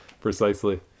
precisely